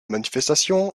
manifestation